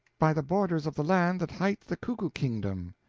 by the borders of the land that hight the cuckoo kingdom.